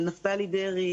של נפתלי דרעי,